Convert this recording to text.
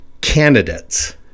candidates